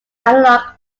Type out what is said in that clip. analog